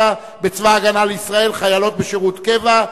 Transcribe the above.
בצבא-הגנה לישראל (חיילות בשירות קבע),